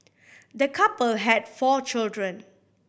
the couple had four children